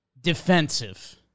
Defensive